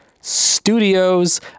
Studios